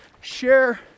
share